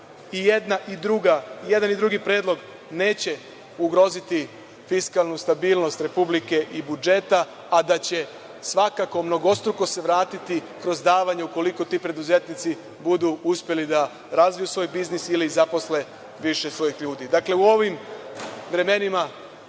i jedan i drugi predlog neće ugroziti fiskalnu stabilnost Republike i budžeta, a da će svakako mnogostruko se vratiti kroz davanje, ukoliko ti preduzetnici budu uspeli da razviju svoj biznis ili zaposle više svojih ljudi. Dakle, u ovim vremenima